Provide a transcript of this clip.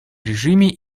режиме